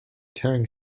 tearing